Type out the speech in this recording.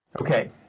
okay